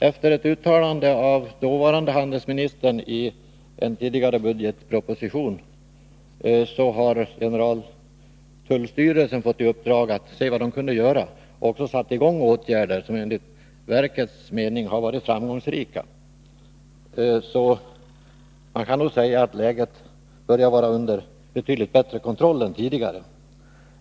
Efter ett uttalande av dåvarande handelsministern i en budgetproposition har generaltullstyrelsen fått i uppdrag att se vad den kan göra, och den har också satt i gång åtgärder som enligt verkets mening varit framgångsrika. Man kan nog alltså säga att läget börjar vara under betydligt bättre kontroll än tidigare.